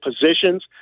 positions